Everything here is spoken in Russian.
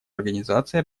организации